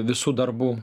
visų darbų